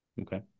Okay